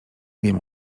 wiem